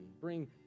bring